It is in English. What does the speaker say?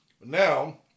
Now